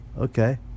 Okay